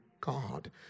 God